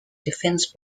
defense